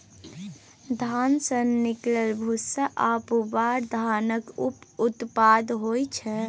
धान सँ निकलल भूस्सा आ पुआर धानक उप उत्पाद होइ छै